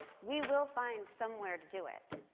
we will find somewhere to do it.